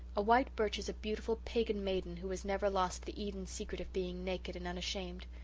a white birch is a beautiful pagan maiden who has never lost the eden secret of being naked and unashamed.